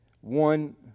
One